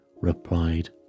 replied